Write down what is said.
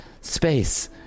space